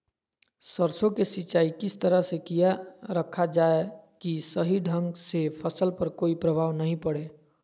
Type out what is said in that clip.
सरसों के सिंचाई किस तरह से किया रखा जाए कि सही ढंग से फसल पर कोई प्रभाव नहीं पड़े?